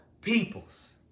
peoples